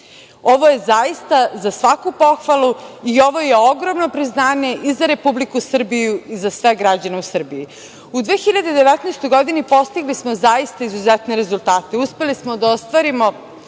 Ovo je zaista za svaku pohvalu i ovo je ogromno priznanje i za Republiku Srbiju i za sve građane u Srbiji.U 2019. godini postigli smo zaista izuzetne rezultate. Uspeli smo da ostvarimo